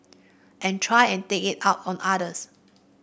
and try and take it out on others